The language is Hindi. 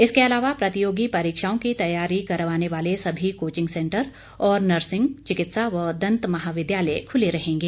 इसके अलावा प्रतियोगी परीक्षाओं की तैयारी करवाने वाले सभी कोचिंग सेंटर और नर्सिंग चिकित्सा व दंत महाविद्यालय खुले रहेंगें